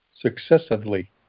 Successively